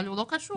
אבל הוא לא קשור.